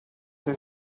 they